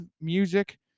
Music